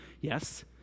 Yes